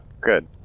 good